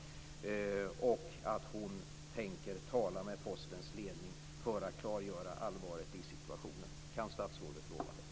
Jag skulle vilja höra henne säga att hon tänker tala med Postens ledning för att klargöra allvaret i situationen. Kan statsrådet lova det?